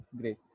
great